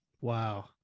Wow